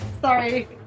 sorry